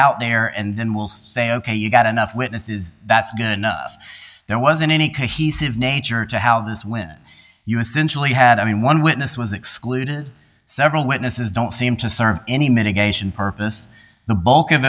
out there and then we'll say ok you've got enough witnesses that's going to enough there wasn't any nature to how this went you essentially had i mean one witness was excluded several witnesses don't seem to serve any mitigation purpose the bulk of